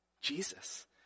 Jesus